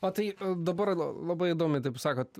o tai dabar la labai įdomiai taip sakot